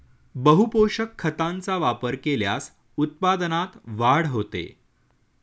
बहुपोषक खतांचा वापर केल्यास उत्पादनात वाढ होते